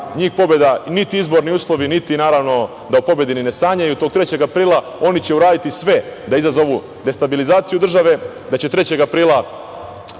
njih pobeda, niti izborni uslovi, niti naravno da o pobedi ni ne sanjaju, tog 3. aprila oni će uraditi sve da izazovu destabilizaciju države, da će 3. aprila